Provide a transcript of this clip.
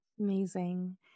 Amazing